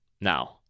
now